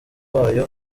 wayo